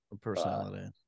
personality